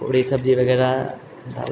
पूरी सब्जी वगैरह